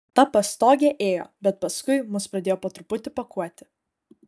ta pastogė ėjo bet paskui mus pradėjo po truputį pakuoti